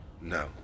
No